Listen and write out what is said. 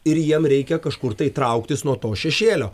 ir jiem reikia kažkur tai trauktis nuo to šešėlio